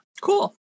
cool